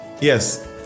Yes